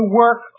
work